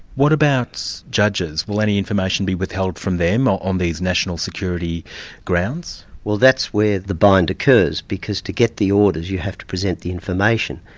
what about judges, will any information be withheld from them ah on these national security grounds? well that's where the bind occurs, because to get the orders you have to present the information.